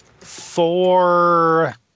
four